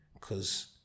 Cause